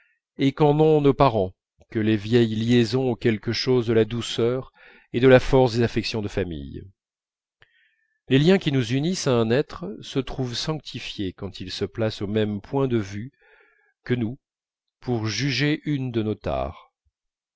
et qu'en ont nos parents que les vieilles liaisons ont quelque chose de la douceur et de la force des affections de famille les liens qui nous unissent à un être se trouvent sanctifiés quand il se place au même point de vue que nous pour juger une de nos tares